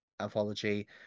anthology